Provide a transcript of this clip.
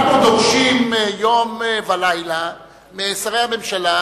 אנחנו דורשים יום ולילה משרי הממשלה